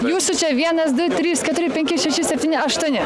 jūsų čia vienas du trys keturi penki šeši septyni aštuoni